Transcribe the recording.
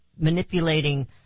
manipulating